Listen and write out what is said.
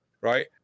Right